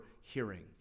hearing